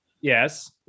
Yes